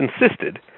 insisted